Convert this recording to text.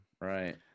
right